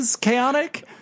chaotic